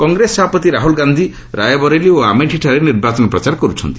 କଂଗ୍ରେସ ସଭାପତି ରାହୁଲ୍ ଗାନ୍ଧି ରାୟବରେଲି ଓ ଆମେଠି ଠାରେ ନିର୍ବାଚନ ପ୍ରଚାର କରୁଛନ୍ତି